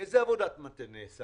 איזו עבודת מטה נעשתה?